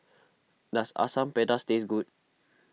does Asam Pedas taste good